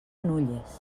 nulles